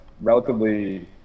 relatively